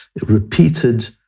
repeated